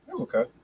okay